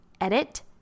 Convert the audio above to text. Edit